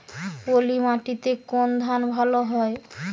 পলিমাটিতে কোন ধান ভালো হয়?